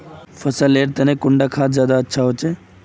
फसल लेर तने कुंडा खाद ज्यादा अच्छा होचे?